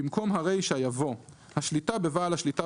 - במקום הרישה יבוא "השליטה בבעל שליטה